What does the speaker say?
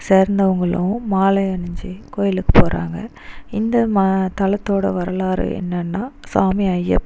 சேர்ந்தவங்களும் மாலை அணிஞ்சு கோயிலுக்கு போகிறாங்க இந்த ம தளத்தோடய வரலாறு என்னென்னா சுவாமி ஐயப்பன்